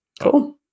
Cool